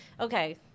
Okay